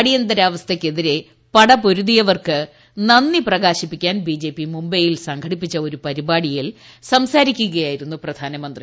അടിയന്തിരാവസ്ഥയ്ക്കെതിരെ പടപൊരുതിയവർക്ക് നന്ദി പ്രകാശിപ്പിക്കാൻ ബി ജെ പി മുംബ്ലൈയിൽ സംഘടിപ്പിച്ച ഒരു പരിപാടിയിൽ സംസാരിക്കുകയ്ായിരുന്നു പ്രധാനമന്ത്രി